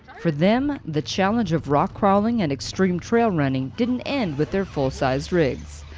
for them the challenge of rock crawling and extreme trail running didn't end with their full-sized rigs.